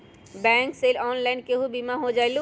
Bank से online केहु बिमा हो जाईलु?